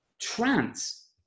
trance